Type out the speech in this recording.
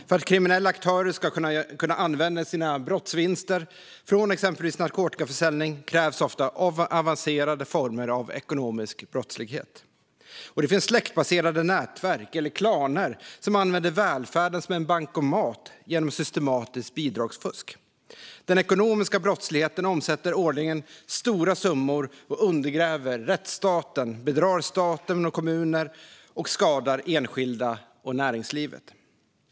För att kriminella aktörer ska kunna använda sina brottsvinster, exempelvis från narkotikaförsäljning, krävs ofta avancerade former av ekonomisk brottslighet. Det finns också släktbaserade nätverk eller klaner som använder välfärden som bankomat genom systematiskt bidragsfusk. Den ekonomiska brottsligheten omsätter årligen stora summor och undergräver rättsstaten, bedrar staten och kommunerna och skadar enskilda och näringslivet.